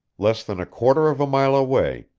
less than a quarter of a mile away,